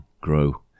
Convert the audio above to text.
grow